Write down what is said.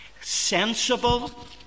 sensible